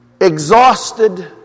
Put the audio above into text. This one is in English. exhausted